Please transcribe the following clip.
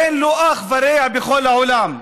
אין לו אח ורע בכל העולם.